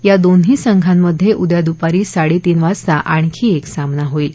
या दोन्ही संघांमध्ये उद्या दुपारी साडेतीन वाजता आणखी एक सामना होईल